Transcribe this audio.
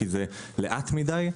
כי קצב ההתקדמות שלהם איטי מדי,